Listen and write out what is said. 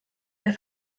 der